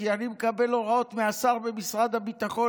כי אני מקבל הוראות מהשר במשרד הביטחון,